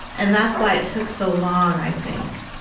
and that's why it took so long, i think.